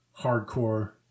hardcore